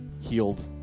healed